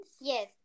Yes